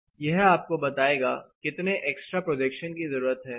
AAwidth of horizontal shading×tan यह आपको बताएगा कितने एक्स्ट्रा प्रोजेक्शन की जरूरत है